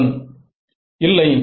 மாணவன் இல்லை